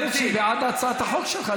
היא גם אומרת שהיא בעד הצעת החוק שלך,